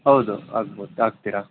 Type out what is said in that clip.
ಹೌದು ಆಗಬಹುದು ಆಗ್ತೀರಾ